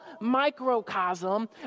microcosm